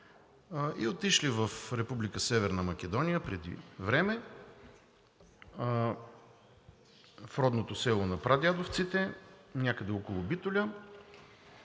Северна Македония преди време, в родното село на прадядовците, някъде около Битоля,